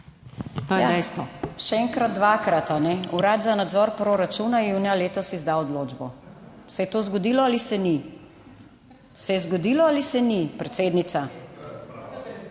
(PS SDS):** Še enkrat, dvakrat, Urad za nadzor proračuna je junija letos izdal odločbo. Se je to zgodilo ali se ni? Se je zgodilo ali se ni? Predsednica?